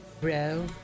bro